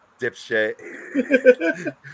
dipshit